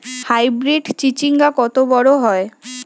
Hybrid চিচিংঙ্গা কত বড় হয়?